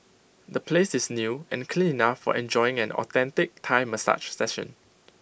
the place is new and clean enough for enjoying an authentic Thai massage session